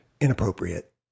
Inappropriate